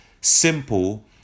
simple